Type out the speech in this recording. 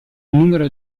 numero